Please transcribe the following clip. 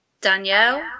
Danielle